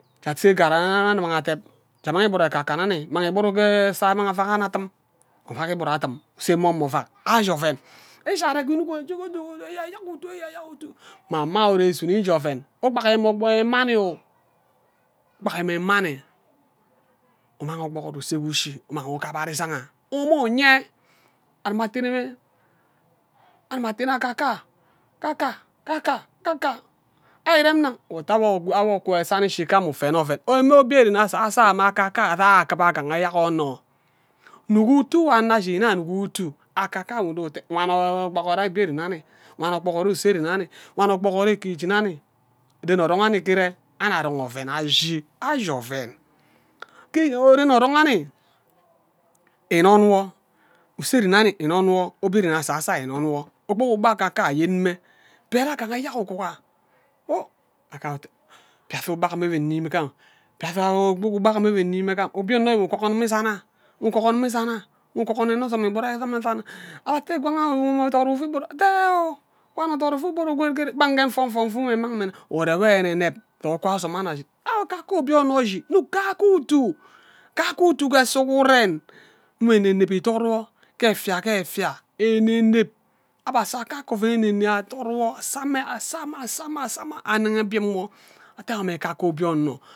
Ja ase ngarri wo annuk amang adeb ja mang igburo eke kan ani mang ighuru ke a esa annuk anmang adeb an amang igburu adim ase ovak ashi oven ishi are ke inuki eyeyak utu eyeyak utu mma ama ayo ure isu nno uje oven akpaki emani umang ogoro use ke ushi uman uja gha wo mme unye adima atene mme anima tene akaka anyo kaka kaka kaka ari irem nang ute awo akwe sani ishiga amme ufene oven eman ebie ren asaso aye mme akaka ayo sa akiba ngaha agaha ejak onno nnuk utu nwo anno ashin nne ahnuk utu akaka ayo mmu udo wate wan ogbogoro abie ren anin wan ogbogoro use ren anin wan ogbogoro kitchen anin den orong amin nghe iren anni arong oven ashi ashi oven ke ye ren orong anin innon wo use ren anin inon wo obie ren asaso ano innon wo okpog ugba akaka ayo ayen mme be agaha eyak uguga efia ugba ewe nnimi mme jaga okpogo ugba enwe nnhe gam obie nno ayim nku ugogor namme isana ughu ugogar nime isana nghu ugogor mme ozom igburu enwe izana abhe ate ngwang anyo wan udot ufu igburu ukwoke ren gba nke nfo nfo nfu nve nmang mme nna ure wo eneneb ozem anwe ashin awo kake obie onno eshie nuk kake utu kake utu ke sughuren nkwe eneneb ithod wo ke efin keefia eneneb aba sa kake oven eneneb adot wo asa mme asa mme asa mme anneghe bim wo ate awo mme kake obie onno